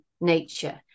nature